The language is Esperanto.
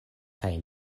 kaj